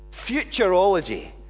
Futurology